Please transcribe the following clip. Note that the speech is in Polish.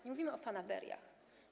Nie mówimy o fanaberiach.